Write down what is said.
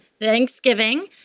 Thanksgiving